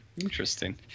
interesting